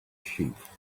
sheep